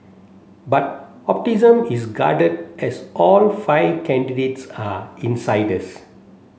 but is guarded as all five candidates are insiders